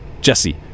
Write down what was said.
Jesse